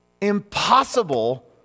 impossible